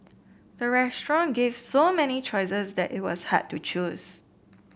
the restaurant gave so many choices that it was hard to choose